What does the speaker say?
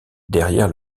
derrière